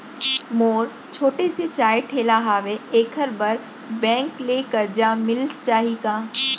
मोर छोटे से चाय ठेला हावे एखर बर बैंक ले करजा मिलिस जाही का?